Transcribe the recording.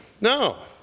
No